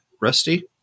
Rusty